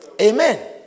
Amen